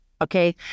okay